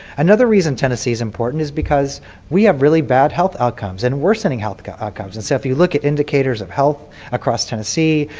another reason tennessee is important is because we have really bad health outcomes and worsening health outcomes. and so if you look at indicators of health across tennessee,